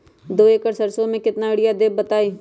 दो एकड़ सरसो म केतना यूरिया देब बताई?